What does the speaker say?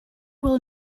will